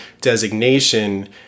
designation